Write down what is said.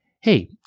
hey